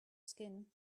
skin